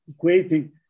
creating